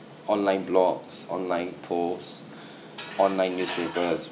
online blogs online posts online newspapers